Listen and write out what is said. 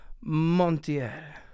Montier